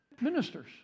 Ministers